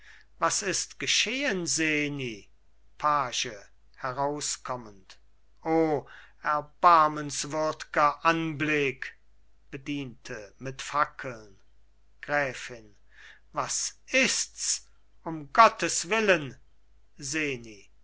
was ist geschehen seni page herauskommend o erbarmungswürdger anblick bediente mit fackeln gräfin was ists um gottes willen seni